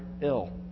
ill